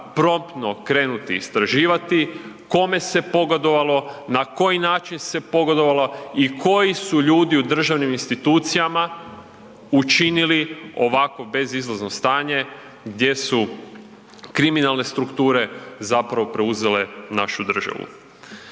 promptno krenuti istraživati kome se pogodovalo, na koji način se pogodovalo i koji su ljudi u državnim institucijama učinili ovakvo bezizlazno stanje gdje su kriminalne strukture zapravo preuzele našu državu.